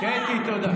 קטי, תודה.